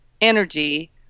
energy